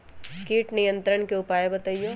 किट नियंत्रण के उपाय बतइयो?